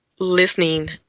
Listening